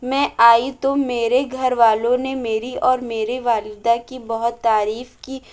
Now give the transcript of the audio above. میں آئی تو میرے گھر والوں نے میری اور میری والدہ کی بہت تعریف کی